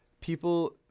people